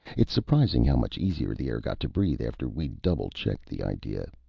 it's surprising how much easier the air got to breathe after we'd double-checked the idea.